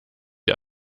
ihr